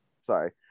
sorry